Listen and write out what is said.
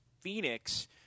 Phoenix